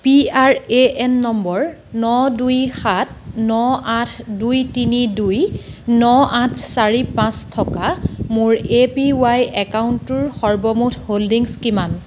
P R A N number ন দুই সাত ন আঠ দুই তিনি দুই ন আঠ চাৰি পাঁচ থকা মোৰ এ পি ৱাই একাউণ্টটোৰ সৰ্বমুঠ হ'ল্ডিংছ কিমান